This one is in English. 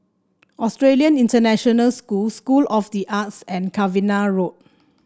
Australian International School School of the Arts and Cavenagh Road